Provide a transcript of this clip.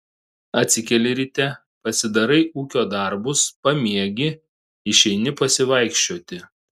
atsikeli ryte pasidarai ūkio darbus pamiegi išeini pasivaikščioti